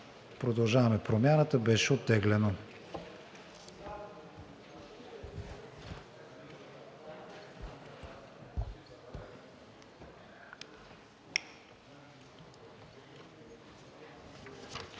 „Продължаваме Промяната“ беше оттеглено.